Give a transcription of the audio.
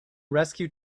rescue